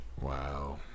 Wow